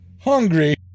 Hungry